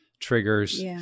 triggers